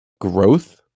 growth